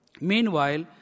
Meanwhile